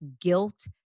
guilt